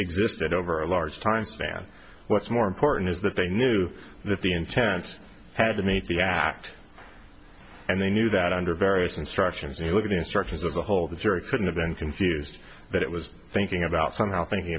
existed over a large time span what's more important is that they knew that the intent had to meet the act and they knew that under various instructions if you look at the instructions of the whole the jury couldn't have been confused that it was thinking about somehow thinking